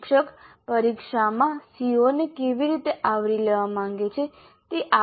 પ્રશિક્ષક પરીક્ષામાં CO ને કેવી રીતે આવરી લેવા માંગે છે તે આકારણી યોજનાનો એક ભાગ છે